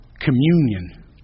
communion